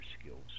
skills